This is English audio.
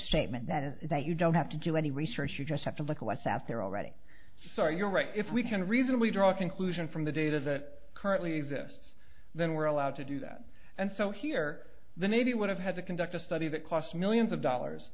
is that you don't have to do any research you just have to look at sas they're already so you're right if we can reasonably draw a conclusion from the data that currently exists then we're allowed to do that and so here the navy would have had to conduct a study that cost millions of dollars